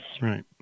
Right